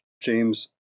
James